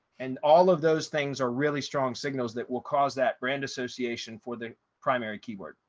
and all of those things are really strong signals that will cause that brand association for the primary keyword.